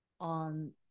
on